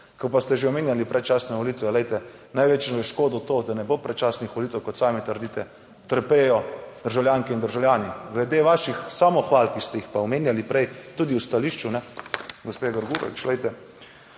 Ko pa ste že omenjali predčasne volitve, glejte, največjo škodo to, da ne bo predčasnih volitev, kot sami trdite, trpijo državljanke in državljani. Glede vaših samohval, ki ste jih pa omenjali prej tudi v stališču gospe Grgurevič, glejte,